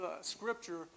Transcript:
scripture